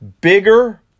Bigger